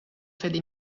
fede